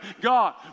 God